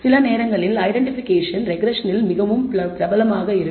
சில நேரங்களில் ஐடென்ட்டிபிகேஷன் ரெக்ரெஸ்ஸனில் மிகவும் பிரபலமாக இருக்கும்